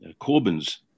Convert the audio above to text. Corbyn's